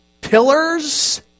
Pillars